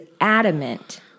adamant